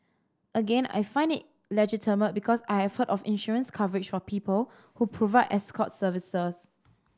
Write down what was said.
again I found it legitimate because I have heard of insurance coverage for people who provide escort services